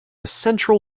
central